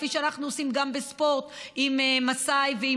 כפי שאנחנו עושים גם בספורט עם מסאי ועם